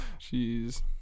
Jeez